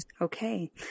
Okay